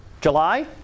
July